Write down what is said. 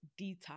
detox